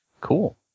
Cool